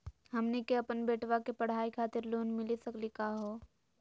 हमनी के अपन बेटवा के पढाई खातीर लोन मिली सकली का हो?